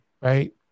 Right